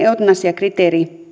eutanasiakriteeri